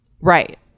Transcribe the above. Right